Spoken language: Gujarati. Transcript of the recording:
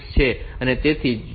તેથી જો કહો કે 6